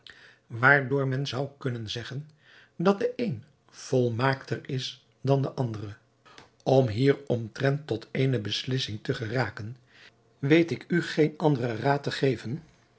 waardoor men zou kunnen zeggen dat de een volmaakter is dan de andere om hieromtrent tot eene beslissing te geraken weet ik u geen anderen raad te geven